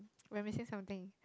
when we say something